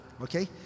Okay